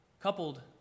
coupled